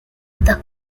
the